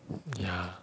ya